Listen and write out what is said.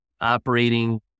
operating